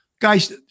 guys